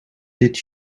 did